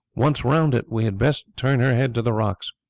once round it we had best turn her head to the rocks.